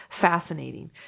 fascinating